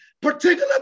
particular